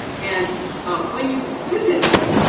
and when you visit it,